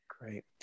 Great